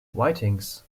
whitings